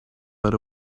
but